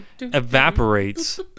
evaporates